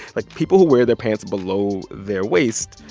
like, people who wear their pants below their waist,